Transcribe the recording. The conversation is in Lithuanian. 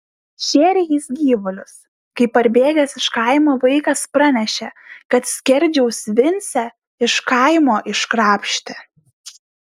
šėrė jis gyvulius kai parbėgęs iš kaimo vaikas pranešė kad skerdžiaus vincę iš kaimo iškrapštė